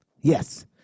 yes